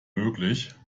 möglich